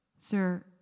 Sir